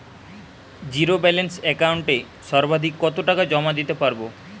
Zero balance একাউন্টে সর্বাধিক কত টাকা জমা দিতে পারব?